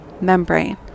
membrane